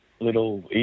little